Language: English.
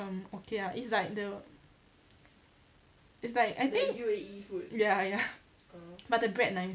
um okay ah ya it's like the it's like I think ya ya but the bread nice